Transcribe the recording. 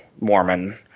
Mormon